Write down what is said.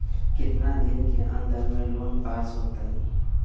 कितना दिन के अन्दर में लोन पास होत?